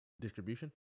distribution